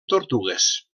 tortugues